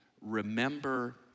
remember